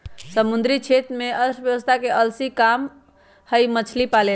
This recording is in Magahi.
समुद्री क्षेत्र में अर्थव्यवस्था के असली काम हई मछली पालेला